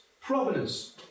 Provenance